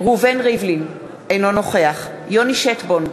ראובן ריבלין, אינו נוכח יוני שטבון,